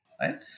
right